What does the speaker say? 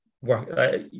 work